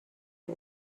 you